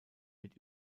mit